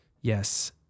yes